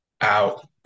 out